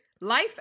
life